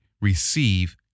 receive